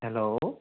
hello